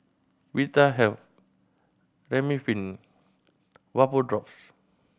Vitahealth Remifemin Vapodrops